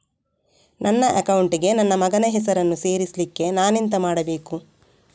ನನ್ನ ಅಕೌಂಟ್ ಗೆ ನನ್ನ ಮಗನ ಹೆಸರನ್ನು ಸೇರಿಸ್ಲಿಕ್ಕೆ ನಾನೆಂತ ಮಾಡಬೇಕು?